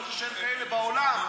אני חושב שמאלה שבעולם,